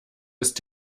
ist